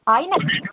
होइन